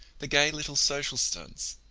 the gay little social stunts,